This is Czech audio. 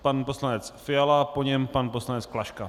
Pan poslanec Fiala, po něm pan poslanec Klaška.